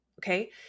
Okay